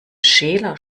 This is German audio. schäler